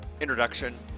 introduction